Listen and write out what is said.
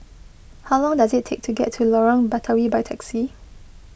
how long does it take to get to Lorong Batawi by taxi